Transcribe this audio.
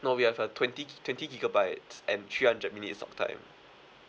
no we have a twenty gi~ twenty gigabytes and three hundred minutes talk time